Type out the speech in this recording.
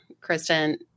Kristen